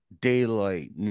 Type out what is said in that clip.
daylight